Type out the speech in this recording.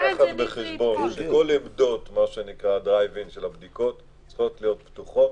בחשבון שכל עמדות הדרייב-אין של הבדיקות צריכות להיות פתוחות.